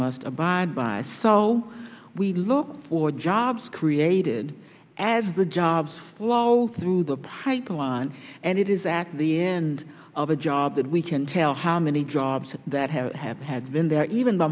must abide by so we look forward jobs created as the jobs flow through the pipeline and it is act the end of a job that we can tell how many jobs that have have had been there even the